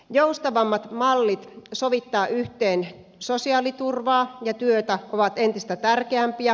joustavammat mallit sovittaa yhteen sosiaaliturvaa ja työtä ovat entistä tärkeämpiä